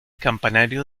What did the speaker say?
campanario